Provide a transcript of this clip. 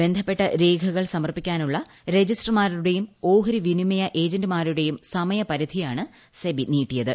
ബന്ധപ്പെട്ട രേഖകൾ സമർപ്പിക്കാനുള്ള രജിസ്ട്രിർമാരുടെയും ഓഹരി വിനിമയ ഏജന്റുമാരുടെയും സമയിപ്പുർധിയാണ് സെബി നീട്ടിയത്